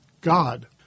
God